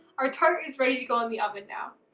our tart is ready to go in the oven now.